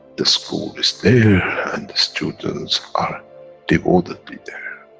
the school is there and the students are devotedly there.